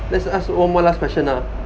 let's ask one more last question lah